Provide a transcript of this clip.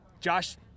Josh